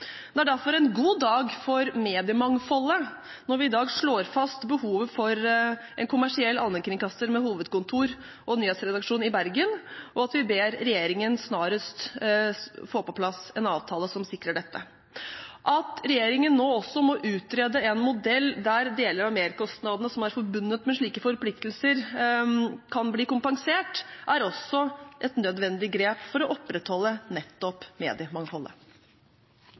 Det er derfor en god dag for mediemangfoldet når vi i dag slår fast behovet for en kommersiell allmennkringkaster med hovedkontor og nyhetsredaksjon i Bergen, og at vi ber regjeringen snarest få på plass en avtale som sikrer dette. At regjeringen nå også må utrede en modell der deler av merkostnadene som er forbundet med slike forpliktelser, kan bli kompensert, er også et nødvendig grep for å opprettholde nettopp mediemangfoldet.